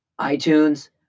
iTunes